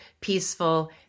peaceful